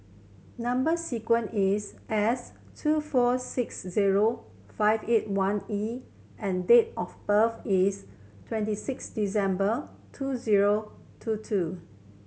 number sequence is S two four six zero five eight one E and date of birth is twenty six December two zero two two